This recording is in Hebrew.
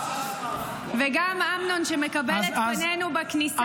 וגם אמנון, שמקבל את פנינו -- אז אני